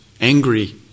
angry